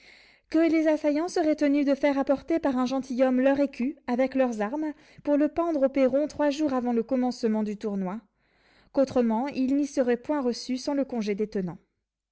que les assaillants seraient tenus de faire apporter par un gentilhomme leur écu avec leurs armes pour le pendre au perron trois jours avant le commencement du tournoi qu'autrement ils n'y seraient point reçus sans le congé